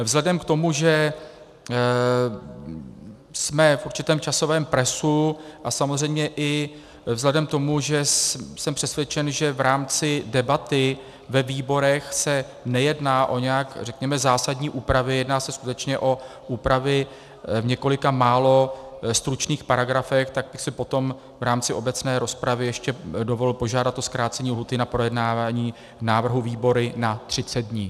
Vzhledem k tomu, že jsme v určitém časovém presu, a samozřejmě i vzhledem k tomu, že jsem přesvědčen, že v rámci debaty ve výborech se nejedná o nějak zásadní úpravy, jedná se skutečně o úpravy v několika málo stručných paragrafech, tak bych si potom v rámci obecné rozpravy ještě dovolil požádat o zkrácení lhůty na projednávání návrhu výbory na 30 dní.